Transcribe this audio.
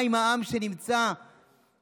מה עם העם שנמצא בפריפריה,